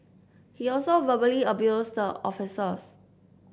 he also verbally abused the officers